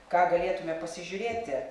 ką galėtume pasižiūrėti